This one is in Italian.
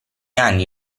anni